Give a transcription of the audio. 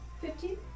Fifteen